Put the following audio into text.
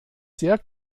sehr